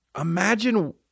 Imagine